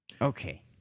Okay